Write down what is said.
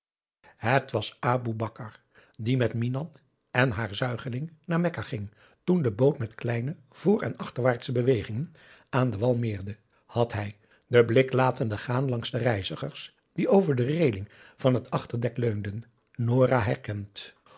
het was aboe bakar die met minan en haar zuigeling naar mekka ging toen de boot met kleine voor en achterwaartsche bewegingen aan den wal meerde had hij den blik latende gaan langs de reizigers die over de reeling van het achterdek leunden nora herkend